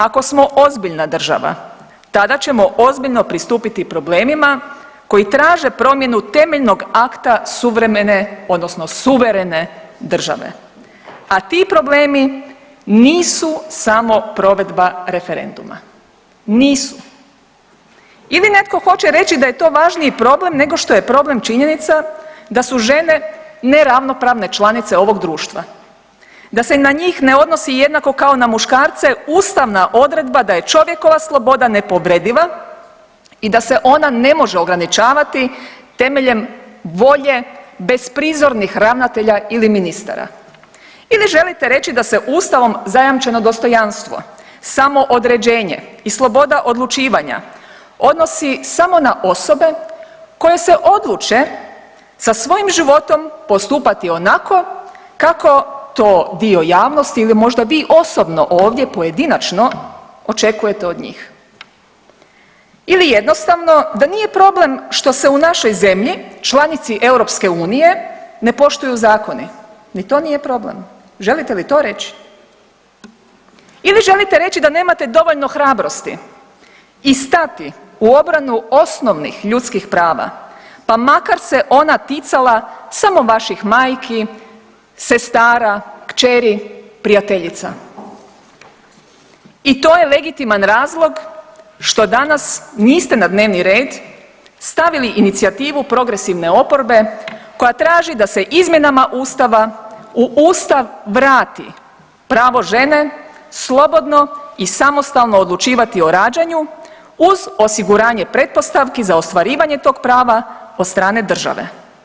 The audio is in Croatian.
Ako smo ozbiljna država tada ćemo ozbiljno pristupiti problemima koji traže promjenu temeljnog akta suvremene odnosno suverene države, a ti problemi nisu samo provedba referenduma, nisu ili netko hoće reći da je to važniji problem nego što je problem činjenica da su žene neravnopravne članice ovog društva, da se na njih ne odnosi jednako kao i na muškarce ustavna odredba da je čovjekova sloboda nepovrediva i da se ona ne može ograničavati temeljem volje besprizornih ravnatelja ili ministara ili želite reći da se ustavom zajamčeno dostojanstvo, samoodređenje i sloboda odlučivanja odnosi samo na osobe koje se odluče sa svojim životom postupati onako kako to dio javnosti ili možda vi osobno ovdje pojedinačno očekujete od njih ili jednostavno da nije problem što se u našoj zemlji, članici EU, ne poštuju zakoni, ni to nije problem, želite li to reći ili želite reći da nemate dovoljno hrabrosti i stati u obranu osnovnih ljudskih prava, pa makar se ona ticala samo vaših majki, sestara, kćeri, prijateljica i to je legitiman razlog što danas niste na dnevni red stavili inicijativu progresivne oporbe koja traži da se izmjenama ustava u ustav vrati pravo žene slobodno i samostalno odlučivati o rađanju uz osiguranje pretpostavki za ostvarivanje tog prava od strane države.